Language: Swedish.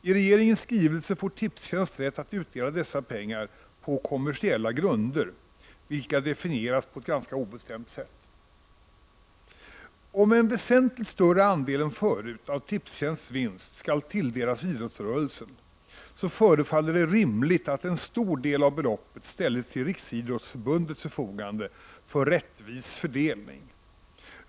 I regeringens skrivelse får Tipstjänst rätt att utdela dessa pengar ”på kommersiella grunder” — vilka definieras på ett ganska obestämt sätt. Om en väsentligt större andel än förut av Tipstjänsts vinst skall tilldelas idrottsrörelsen, förefaller det rimligt att en stor del av beloppet ställs till Riksidrottsförbundets förfogande för rättvis fördelning.